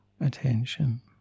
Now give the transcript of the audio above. attention